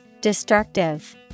Destructive